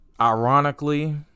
Ironically